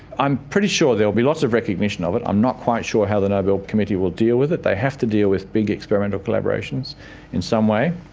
i'm pretty sure there will be lots of recognition of it. i'm not quite sure how the nobel committee will deal with it. they have to deal with big experimental collaborations in some way,